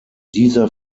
dieser